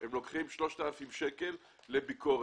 הם לוקחים 3,000 שקל לביקורת.